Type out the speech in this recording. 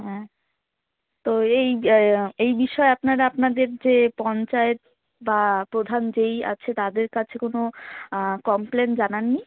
হ্যাঁ তো এই এই বিষয়ে আপনারা আপনাদের যে পঞ্চায়েত বা প্রধান যেই আছে তাদের কাছে কোনো কমপ্লেন জানান নি